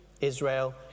Israel